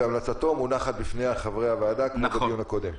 והמלצתו מונחות בפני חברי הוועדה כמו בדיון הקודם.